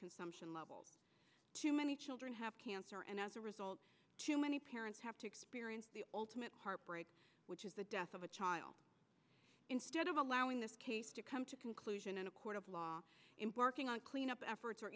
consumption levels too many children have cancer and as a result too many parents have to experience the ultimate heartbreak which is the death of a child instead of allowing this case to come to conclusion in a court of law in working on cleanup efforts or